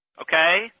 Okay